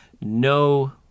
No